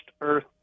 earth